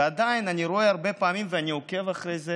ועדיין אני רואה שהרבה פעמים, ואני עוקב אחרי זה